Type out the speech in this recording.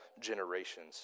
generations